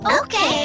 Okay